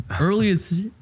earliest